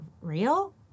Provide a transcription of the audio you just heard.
real